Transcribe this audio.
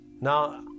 Now